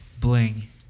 Bling